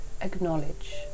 acknowledge